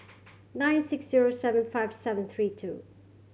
nine six zero seven five seven three two